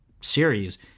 series